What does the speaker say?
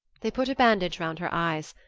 they put a bandage round her eyes,